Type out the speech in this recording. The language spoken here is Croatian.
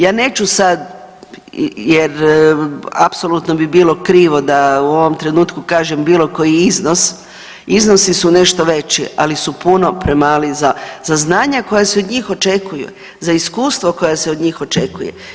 Ja neću sad, jer apsolutno bi bilo krivo da u ovom trenutku kažem bilo koji iznos, iznosi su nešto veći ali su puno premali za znanja koja se od njih očekuju, za iskustvo koje se od njih očekuju.